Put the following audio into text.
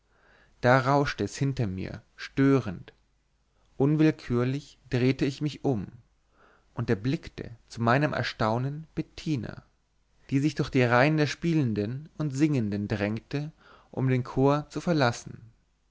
da rauschte es hinter mir störend unwillkürlich drehte ich mich um und erblickte zu meinem erstaunen bettina die sich durch die reihen der spielenden und singenden drängte um den chor zu verlassen